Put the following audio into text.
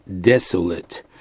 desolate